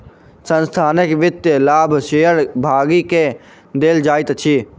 संस्थानक वित्तीय लाभ शेयर भागी के देल जाइत अछि